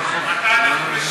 מתי אנחנו נוסעים לשם?